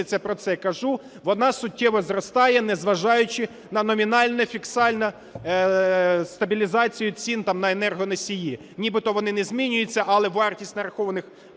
про це кажу, вона суттєво зростає, незважаючи на номінальну фіскальну стабілізацію цін на енергоносії, нібито вони не змінюються, але вартість нарахованих